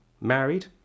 married